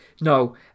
No